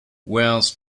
wears